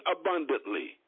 abundantly